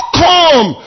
come